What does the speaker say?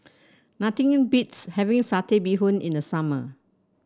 nothing beats having Satay Bee Hoon in the summer